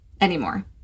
anymore